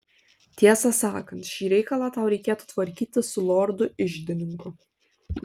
tiesą sakant šį reikalą tau reikėtų tvarkyti su lordu iždininku